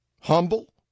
humble